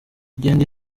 igenda